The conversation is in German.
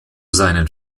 seinen